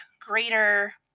greater